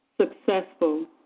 successful